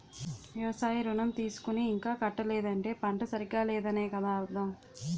వ్యవసాయ ఋణం తీసుకుని ఇంకా కట్టలేదంటే పంట సరిగా లేదనే కదా అర్థం